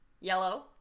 yellow